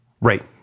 Right